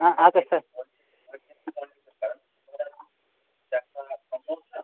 হ্যাঁ আচ্ছা স্যার